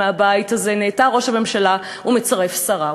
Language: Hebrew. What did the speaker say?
מהבית הזה נעתר ראש הממשלה ומצרף שרה.